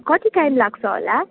कति टाइम लाग्छ होला